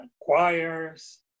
choirs